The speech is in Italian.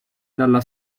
dalla